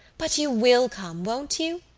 but you will come, won't you?